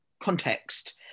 context